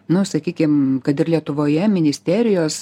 nu sakykim kad ir lietuvoje ministerijos